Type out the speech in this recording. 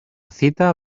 cita